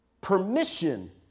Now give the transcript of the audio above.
permission